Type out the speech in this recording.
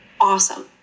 Awesome